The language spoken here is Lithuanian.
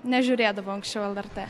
nežiūrėdavau anksčiau lrt